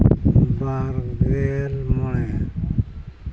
ᱵᱟᱨᱜᱮᱞ ᱢᱚᱬᱮ